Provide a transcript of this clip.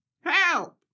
help